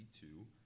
two